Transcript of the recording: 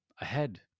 ahead